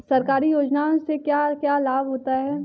सरकारी योजनाओं से क्या क्या लाभ होता है?